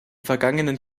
vergangenen